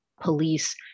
police